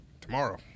Tomorrow